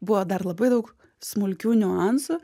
buvo dar labai daug smulkių niuansų